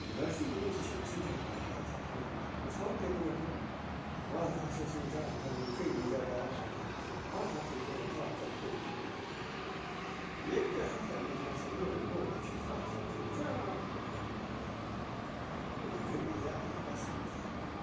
dressing یُس چھِ سُہ تہِ ہسا چھِ آسان الگ مِثال کے طور پر بہٕ ہسا چھُس نہٕ زیادٕ تر یِم قمیٖضہٕ یَزار لاگان کیٚنٛہہ بہٕ ہسا چھُس یِمٕے ٹرٛاوزر پینٛٹ شارٹہٕ لاگان ییٚلہِ کہِ ہسا یُس ہسا یہِ میٛون بوے چھُ سُہ ہسا چھُ زیادٕ تر لاگان یِمٕے قمیٖض یَزار پسنٛد کَران